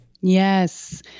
Yes